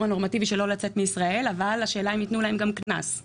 הנורמטיבי לא לצאת מישראל אבל השאלה האם יתנו להם קנס,